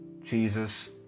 Jesus